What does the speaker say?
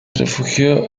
refugió